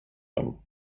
them